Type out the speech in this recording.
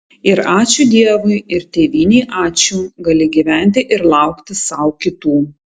ir ačiū dievui ir tėvynei ačiū gali gyventi ir laukti sau kitų